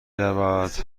رود